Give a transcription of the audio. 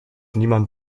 niemand